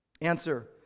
Answer